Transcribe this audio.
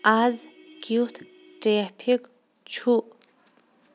اَز کِٮُ۪تھ ٹریفِک چھُ